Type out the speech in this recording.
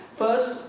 first